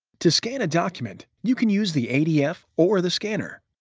to scan a document, you can use the adf or the scanner.